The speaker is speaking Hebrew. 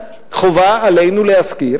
חובה עלינו להזכיר